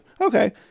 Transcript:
Okay